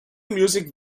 music